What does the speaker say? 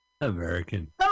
American